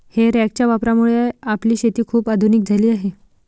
हे रॅकच्या वापरामुळे आपली शेती खूप आधुनिक झाली आहे